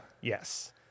yes